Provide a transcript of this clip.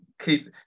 keep